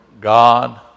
God